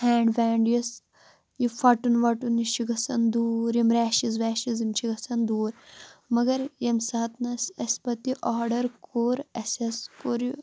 hand وینٛڈ یُس یہِ فَٹُن وَٹُن یہِ چھُ گژھان دوٗر یِم ریشِز ویشِز یِم چھِ گژھان دوٗر مگر ییٚمہِ ساتہٕ نہ اَسہِ پَتہٕ یہِ آرڈَر کوٚر اَسہِ حظ کوٚر یہِ